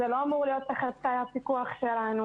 זה לא אמור להיות תחת הפיקוח שלנו.